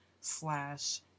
slash